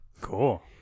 Cool